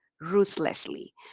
ruthlessly